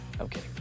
Okay